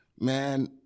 man